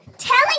telling